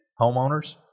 homeowners